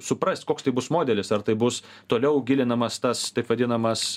suprast koks tai bus modelis ar tai bus toliau gilinamas tas taip vadinamas